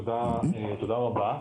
תודה רבה.